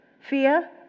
fear